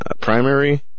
primary